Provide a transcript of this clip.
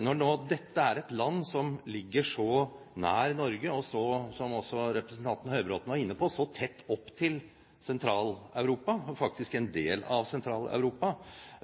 Når nå dette er et land som ligger så nært Norge og, som også representanten Høybråten var inne på, så tett opp til Sentral-Europa og faktisk er en del av Sentral-Europa,